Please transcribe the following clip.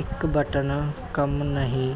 ਇੱਕ ਬਟਨ ਕੰਮ ਨਹੀਂ